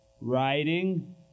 writing